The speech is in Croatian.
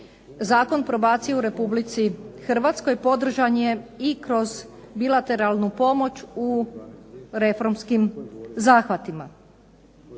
Zakon o probaciji u Republici Hrvatskoj podržan je i kroz bilateralnu pomoć u reformskim zahvatima.